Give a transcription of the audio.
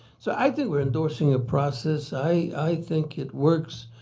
so i think we're endorsing a process. i think it works.